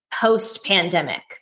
post-pandemic